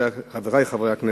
חברי חברי הכנסת,